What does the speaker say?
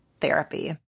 therapy